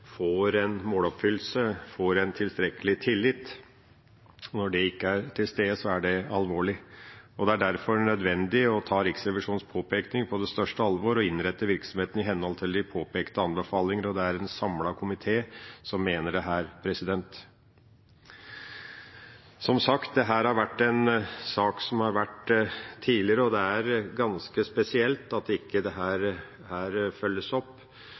får en måloppfyllelse og får en tilstrekkelig tillit. Når det ikke er til stede, er det alvorlig. Det er derfor nødvendig å ta Riksrevisjonens påpekning på det største alvor og innrette virksomheten i henhold til de påpekte anbefalinger. Det er en samlet komité som mener dette. Som sagt, dette har vært en sak også tidligere, og det er ganske spesielt at ikke dette følges opp. Jeg forventer at det